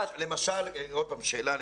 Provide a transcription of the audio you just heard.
עוד פעם שאלה,